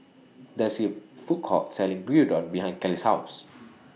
There IS A Food Court Selling Gyudon behind Kelly's House